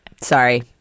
Sorry